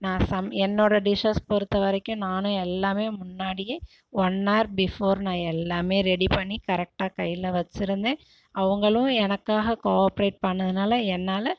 நான் சம என்னோடய டிஷஸ் பொறுத்த வரைக்கும் நானும் எல்லாமே முன்னாடியே ஒன்னார் பிஃபோர் நான் எல்லாமே ரெடி பண்ணி கரெக்ட்டாக கையில் வச்சுருந்தேன் அவங்களும் எனக்காக கோவாப்ரெட் பண்ணதுனால என்னால்